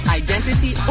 identity